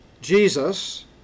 Jesus